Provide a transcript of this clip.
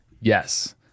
Yes